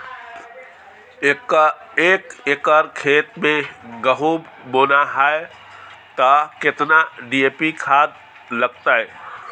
एक एकर खेत मे गहुम बोना है त केतना डी.ए.पी खाद लगतै?